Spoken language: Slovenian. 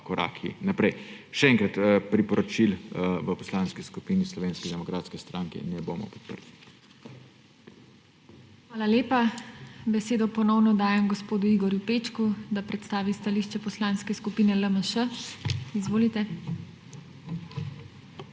koraki naprej. Še enkrat, priporočil v Poslanski skupini Slovenske demokratske stranke ne bomo podprli. PODPREDSEDNICA TINA HEFERLE: Hvala lepa. Besedo ponovno dajem gospodu Igorju Pečku, da predstavi stališče Poslanske skupine LMŠ. Izvolite.